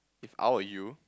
If I were you